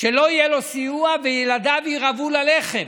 שלא יהיה לו סיוע וילדיו ירעבו ללחם.